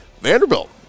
Vanderbilt